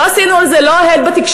לא עשינו על זה הד בתקשורת,